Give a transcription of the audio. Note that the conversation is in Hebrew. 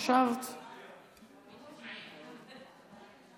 חשבתי שתגיב.